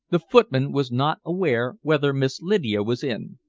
the footman was not aware whether miss lydia was in.